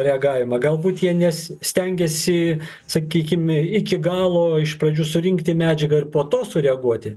reagavimą galbūt jie nes stengiasi sakykim iki galo iš pradžių surinkti medžiagą ir po to sureaguoti